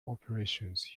operations